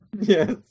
Yes